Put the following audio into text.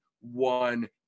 one